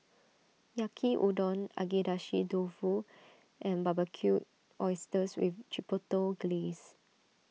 Yaki Udon Agedashi Dofu and Barbecued Oysters with Chipotle Glaze